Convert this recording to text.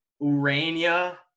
Urania